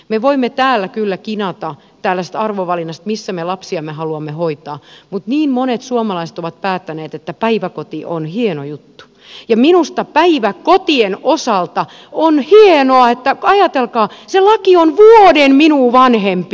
me voimme täällä kyllä kinata tällaisesta arvovalinnasta missä me lapsiamme haluamme hoitaa mutta niin monet suomalaiset ovat päättäneet että päiväkoti on hieno juttu ja minusta päiväkotien osalta on hienoa että ajatelkaa se laki on vuoden minua vanhempi